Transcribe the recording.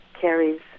carries